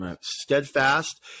steadfast